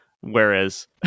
whereas